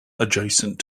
adjacent